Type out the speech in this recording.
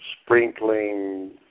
sprinkling